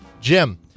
Jim